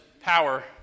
power